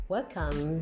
Welcome